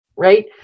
right